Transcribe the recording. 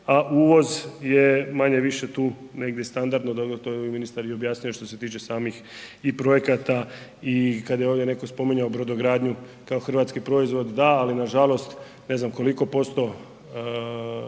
a uvoz je manje-više tu negdje standardno, to je ministar i objasnio što se tiče samih projekata. I kada je ovdje netko spominjao brodogradnju kao hrvatski proizvod, da ali nažalost ne zna koliko posto